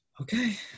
okay